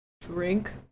drink